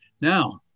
Now